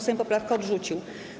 Sejm poprawkę odrzucił.